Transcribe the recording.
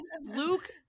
Luke